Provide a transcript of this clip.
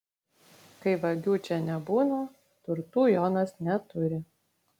kai vagių čia nebūna turtų jonas neturi